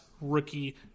rookie